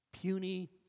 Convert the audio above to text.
puny